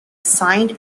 signed